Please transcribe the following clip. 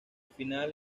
final